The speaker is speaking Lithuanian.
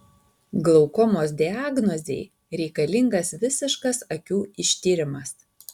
glaukomos diagnozei reikalingas visiškas akių ištyrimas